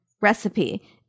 recipe